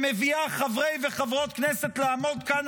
שמביאה חברי וחברות כנסת לעמוד כאן,